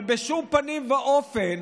אבל בשום פנים ואופן